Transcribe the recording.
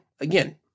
Again